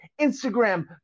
Instagram